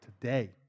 today